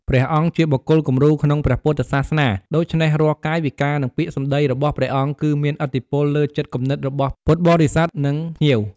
សម្របសម្រួលកិច្ចការសាសនា ក្នុងពិធីបុណ្យធំៗ ព្រះសង្ឃជាអ្នកសម្របសម្រួលកិច្ចការសាសនា និងដឹកនាំការបួងសួង ឬពិធីផ្សេងៗ។